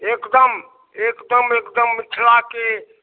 एकदम एकदम एकदम मिथिलाके